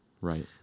Right